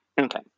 Okay